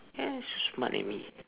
yes so smart right me